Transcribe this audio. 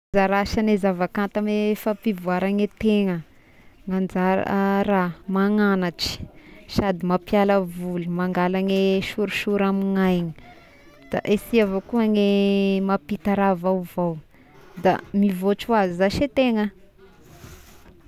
Anzara asan'ny zavakanto amy fampivoarana ny tegna, ny anjara raha: mananatry sady mampiala voly, mangala gne sorisory amigna igny da esy avao koa gny mampita raha vaovao, da mivoatra hoazy zashy tegna.